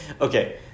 Okay